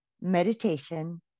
Meditation